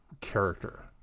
character